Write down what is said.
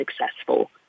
successful